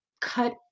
cut